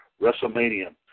WrestleMania